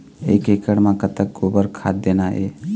एक एकड़ म कतक गोबर खाद देना ये?